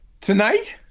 Tonight